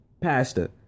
pastor